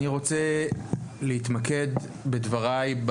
אני רוצה להתמקד, בדבריי,